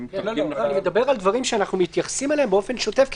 אני מדבר על דברים שאנחנו מתייחסים אליהם באופן שוטף כן